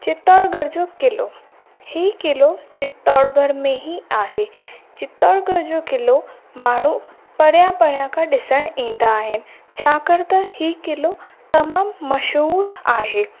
चितौड़गढ़ जो क़िलो ही क़िलो चितौड़गढ़ में ही आहे चितौरगढ़ जो क़िलो माण्हू परियां परियां खां ॾिसण ईंदा आहिनि छाकाणि त ही क़िलो तमामु मशहूर आहे